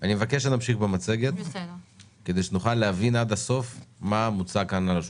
אני מבקש שנמשיך במצגת כדי שנוכל להבין עד הסוף מה מוצג כאן על השולחן.